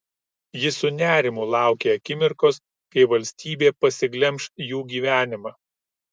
ji su nerimu laukė akimirkos kai valstybė pasiglemš jų gyvenimą